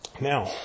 Now